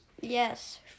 Yes